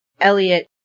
Elliot